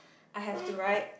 I have to write